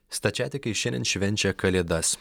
stačiatikiai šiandien švenčia kalėdas